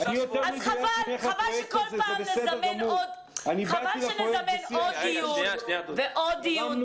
אז חבל שכל פעם נזמן עוד דיון ועוד דיון.